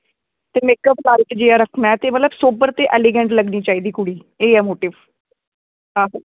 ते मेकअप करियै सुपर ते एलीगेंट लग्गनी चाहिदी कुड़ी एह् ऐ मोटिव आहो